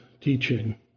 teaching